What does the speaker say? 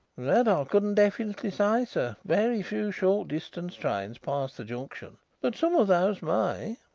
that i couldn't definitely say, sir. very few short-distance trains pass the junction, but some of those may.